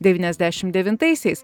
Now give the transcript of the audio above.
devyniasdešim devintaisiais